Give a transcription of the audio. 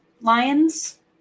lions